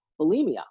bulimia